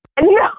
No